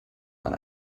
man